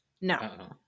No